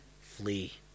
flee